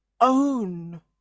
own